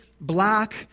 black